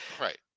Right